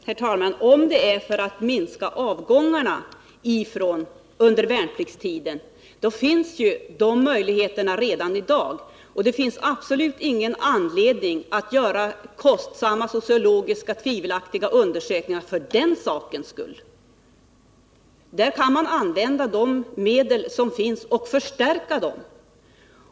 Herr talman! Möjligheterna att minska avgångarna under värnpliktstiden finns ju redan i dag. Det finns absolut ingen anledning att göra kostsamma och tvivelaktiga sociologiska undersökningar för den sakens skull. Man kan använda de medel som finns och förstärka dem.